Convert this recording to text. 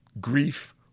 grief